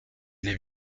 les